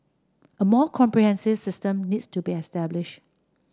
a more comprehensive system needs to be established